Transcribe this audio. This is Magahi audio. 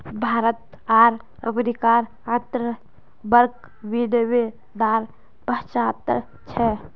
भारत आर अमेरिकार अंतर्बंक विनिमय दर पचाह्त्तर छे